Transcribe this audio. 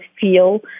feel